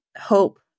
hope